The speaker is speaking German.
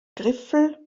griffel